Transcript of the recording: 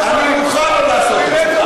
אני מוכן לא לעשות את זה.